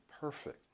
perfect